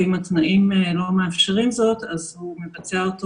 ואם התנאים לא מאפשרים זאת הוא מבצע אותו